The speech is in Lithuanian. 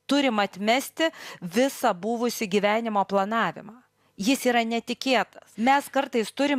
turim atmesti visą buvusį gyvenimo planavimą jis yra netikėtas mes kartais turim